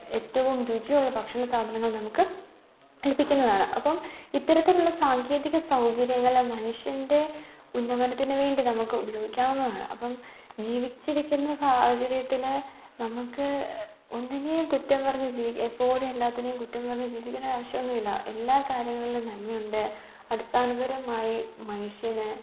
എറ്റവും രുചിയുള്ള ഭക്ഷണ സാധനങ്ങൾ നമുക്ക് ലഭിക്കുന്നതാണ് അപ്പം ഇത്തരത്തിലുള്ള സാങ്കേതിക സൗകര്യങ്ങൾ മനുഷ്യൻ്റെ ഉന്നമനത്തിനു വേണ്ടി നമുക്ക് ഉപയോഗിക്കാവുന്നതാണ് അപ്പം ജീവിച്ചിരിക്കുന്ന സാഹചര്യത്തിൽ നമുക്ക് ഒന്നിനെയും കുറ്റം പറഞ്ഞു ജീവിക്കുക എപ്പോഴും എല്ലാറ്റിനെയും കുറ്റം പറഞ്ഞു ജീവിക്കേണ്ട ആവശ്യമൊന്നും ഇല്ല എല്ലാ കാര്യങ്ങളിലും നന്മയുണ്ട് അടിസ്ഥാനപരമായി മനുഷ്യന്